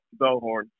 Bellhorn